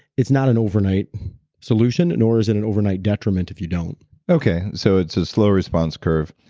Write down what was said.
it's not an overnight solution nor is it an overnight detriment if you don't okay, so it's a slow response curve.